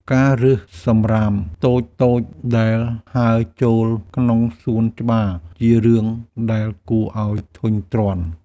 ការរើសសម្រាមតូចៗដែលហើរចូលក្នុងសួនច្បារ ជារឿងដែលគួរឱ្យធុញទ្រាន់។